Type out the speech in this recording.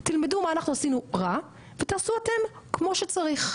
תלמדו מה אנחנו עשינו רע ותעשו אתם כמו שצריך.